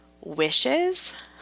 wishes